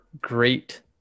great